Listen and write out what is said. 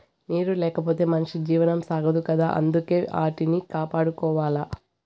నీరు లేకపోతె మనిషి జీవనం సాగదు కదా అందుకే ఆటిని కాపాడుకోవాల